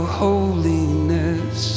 holiness